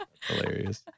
Hilarious